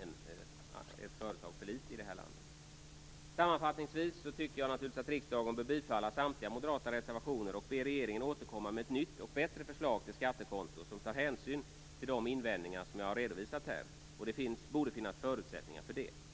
än ett för litet i det här landet. Sammanfattningsvis tycker jag naturligtvis att riksdagen bör bifalla samtliga moderata reservationer och be regeringen att återkomma med ett nytt och bättre föreslag till skattekonto, som tar hänsyn till de invändningar som jag här har redovisat. Det borde finnas förutsättningar för detta.